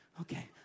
Okay